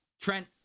Trent